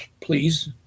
please